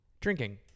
drinking